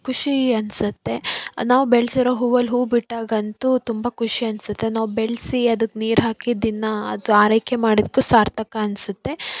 ಖುಷಿ ಅನಿಸುತ್ತೆ ನಾವು ಬೆಳೆಸಿರೋ ಹೂವಲ್ಲಿ ಹೂ ಬಿಟ್ಟಾಗಂತೂ ತುಂಬ ಖುಷಿ ಅನಿಸುತ್ತೆ ನಾವು ಬೆಳೆಸಿ ಅದಕ್ಕೆ ನೀರು ಹಾಕಿ ದಿನ ಅದು ಆರೈಕೆ ಮಾಡಿದ್ದಕ್ಕೂ ಸಾರ್ಥಕ ಅನಿಸುತ್ತೆ